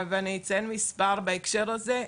ואני אציין מספר בהקשר הזה.